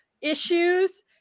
issues